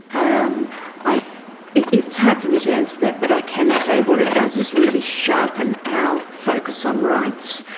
um i it's hard for me to answer that but i can say what it does is really sharpen our focus on rights.